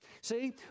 See